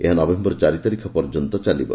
ଏହା ନଭେମ୍ବର ଚାରି ତାରିଖ ପର୍ଯ୍ୟନ୍ତ ଚାଲିବ